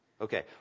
Okay